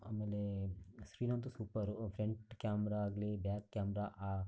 ಆಮೇಲೆ ಸ್ಕ್ರೀನ್ ಅಂತೂ super front camera ಆಗಲಿ ಬ್ಯಾಕ್ ಕ್ಯಾಮ್ರ ಆ